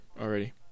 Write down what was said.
already